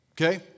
okay